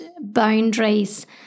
boundaries